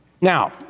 Now